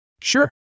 Sure